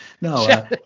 No